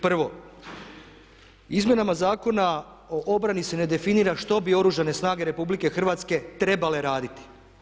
Prvo, izmjenama Zakona o obrani se ne definira što bi Oružane snage RH trebale raditi.